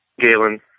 Galen